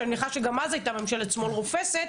שאני מניחה שגם אז הייתה ממשלת שמאל רופסת,